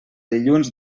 dilluns